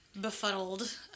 befuddled